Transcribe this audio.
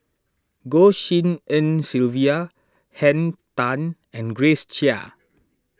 Goh Tshin En Sylvia Henn Tan and Grace Chia